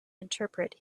interpret